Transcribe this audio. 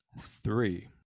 three